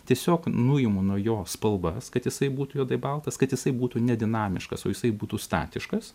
tiesiog nuimu nuo jo spalvas kad jisai būtų juodai baltas kad jisai būtų nedinamiškas o jisai būtų statiškas